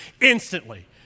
instantly